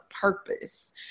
purpose